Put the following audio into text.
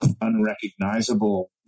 unrecognizable